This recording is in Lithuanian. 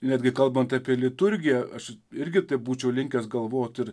netgi kalbant apie liturgiją aš irgi būčiau linkęs galvot ir